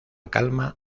calma